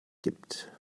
gibt